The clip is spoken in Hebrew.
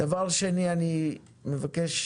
דבר שני, אני מבקש